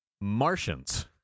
Martians